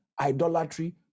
idolatry